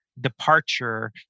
departure